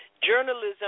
journalism